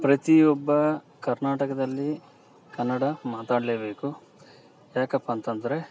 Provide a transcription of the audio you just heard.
ಪ್ರತಿಯೊಬ್ಬ ಕರ್ನಾಟಕದಲ್ಲಿ ಕನ್ನಡ ಮಾತಾಡಲೇಬೇಕು ಯಾಕಪ್ಪ ಅಂತಂದರೆ